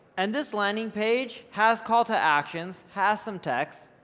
and this landing page has call-to-actions, has some text,